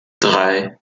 drei